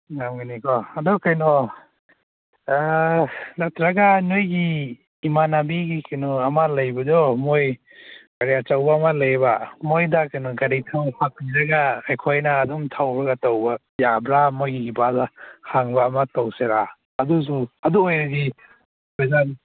ꯉꯝꯒꯅꯤꯀꯣ ꯑꯗꯨ ꯀꯩꯅꯣ ꯅꯠꯇꯔꯒ ꯅꯣꯏꯒꯤ ꯏꯃꯥꯟꯅꯕꯤꯒꯤ ꯀꯩꯅꯣ ꯑꯃ ꯂꯩꯕꯗꯣ ꯃꯣꯏ ꯒꯥꯔꯤ ꯑꯆꯧꯕ ꯑꯃ ꯂꯩꯕ ꯃꯣꯏꯗ ꯀꯩꯅꯣ ꯒꯥꯔꯤ ꯊꯥꯎ ꯍꯥꯞꯄꯤꯔꯒ ꯑꯩꯈꯣꯏꯅ ꯑꯗꯨꯝ ꯊꯧꯔꯒ ꯇꯧꯕ ꯌꯥꯕ꯭ꯔ ꯃꯣꯏꯒꯤ ꯏꯄꯥꯗ ꯍꯪꯕ ꯑꯃ ꯇꯧꯁꯤꯔꯥ ꯑꯗꯨꯁꯨ ꯑꯗꯨ ꯑꯣꯏꯔꯗꯤ